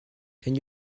can